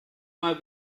mal